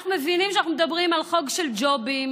אנחנו מבינים שאנחנו מדברים על חוק של ג'ובים,